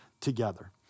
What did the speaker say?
together